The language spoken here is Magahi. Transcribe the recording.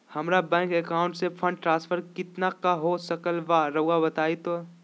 हमरा बैंक अकाउंट से फंड ट्रांसफर कितना का हो सकल बा रुआ बताई तो?